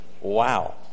Wow